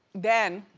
then,